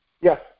Yes